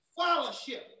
fellowship